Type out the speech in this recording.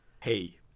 hey